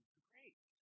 great